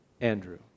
Andrew